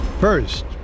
First